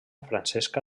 francesca